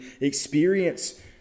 experience